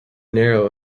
narrow